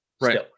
Right